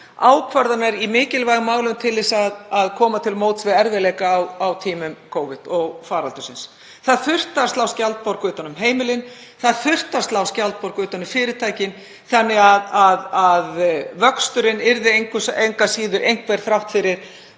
ákvarðanir í mikilvægum málum til að koma til móts við erfiðleika á tímum Covid-faraldursins. Það þurfti að slá skjaldborg um heimilin. Það þurfti að slá skjaldborg um fyrirtækin þannig að vöxturinn yrði einhver þrátt fyrir